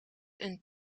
een